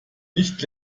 nicht